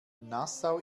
nassau